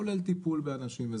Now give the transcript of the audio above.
כולל טיפול באנשים,